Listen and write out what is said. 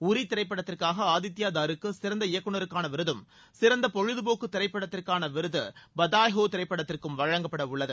உரி திரைப்படத்திற்காக ஆதித்பாதாருக்கு சிறந்த இயக்கநருக்கான விருதும் சிறந்த பொழுதுபோக்கு திரைப்படத்திற்கான விருது பதாய்ஹே திரைப்படத்திற்கும் வழங்கப்படவுள்ளது